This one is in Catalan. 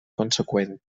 conseqüent